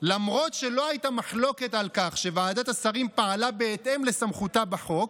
למרות שלא הייתה מחלוקת על כך שוועדת השרים פעלה בהתאם לסמכותה בחוק"